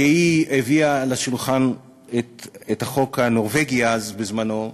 שכשממשלת ישראל הביאה לשולחן את החוק הנורבגי אז בזמנו,